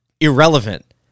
Irrelevant